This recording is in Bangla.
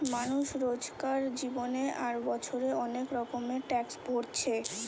মানুষ রোজকার জীবনে আর বছরে অনেক রকমের ট্যাক্স ভোরছে